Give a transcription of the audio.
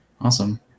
Awesome